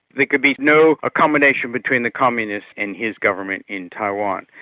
there could be no accommodation between the communists and his government in taiwan.